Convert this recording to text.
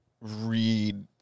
read